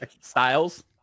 styles